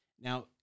Now